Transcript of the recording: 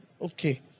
okay